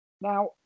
Now